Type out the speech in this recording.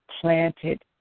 planted